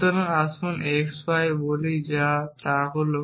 সুতরাং আসুন x y বলি এবং যা করে তা হল